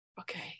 okay